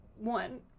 one